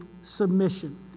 submission